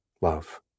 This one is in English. love